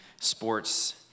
sports